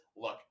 look